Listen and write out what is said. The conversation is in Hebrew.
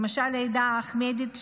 למשל העדה האחמדית,